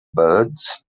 birds